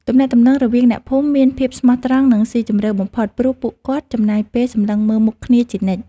ទំនាក់ទំនងរវាងអ្នកភូមិមានភាពស្មោះត្រង់ និងស៊ីជម្រៅបំផុតព្រោះពួកគាត់ចំណាយពេលសម្លឹងមើលមុខគ្នាជានិច្ច។